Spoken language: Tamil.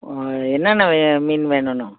என்னென்ன வ மீன் வேணுன்னும்